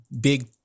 big